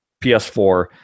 PS4